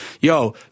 yo